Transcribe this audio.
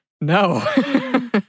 No